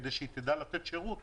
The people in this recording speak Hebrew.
כדי שהיא תדע לתת שירות